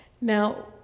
Now